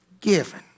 given